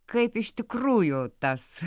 kaip iš tikrųjų tas